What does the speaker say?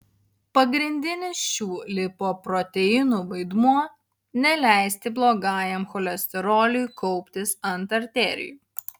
pagrindinis šių lipoproteinų vaidmuo neleisti blogajam cholesteroliui kauptis ant arterijų